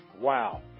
Wow